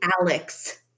Alex